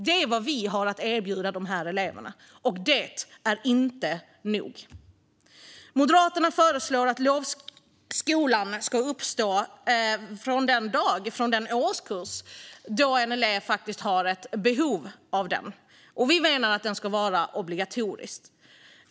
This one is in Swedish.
Detta är vad vi har att erbjuda dessa elever, och det är inte nog. Moderaterna föreslår att lovskolan ska uppstå från den årskurs då en elev har behov av den. Och vi menar att den ska vara obligatorisk.